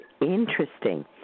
interesting